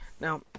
Now